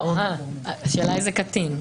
השאלה איזה קטין.